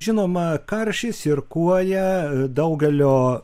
žinoma karšis ir kuoja daugelio